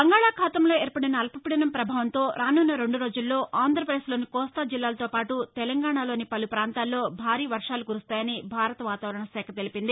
బంగాళాఖాతంలో ఏర్పడిన అల్పపీదనం ప్రభావంతో రానున్న రెండు రోజుల్లో ఆంధ్రాపదేశ్ లోని కోస్తా జిల్లాలతో పాటు తెలంగాణలోని పలు పాంతాల్లో భారీ వర్వాలు కురుస్తాయని భారత వాతావరణ శాఖ తెలిపింది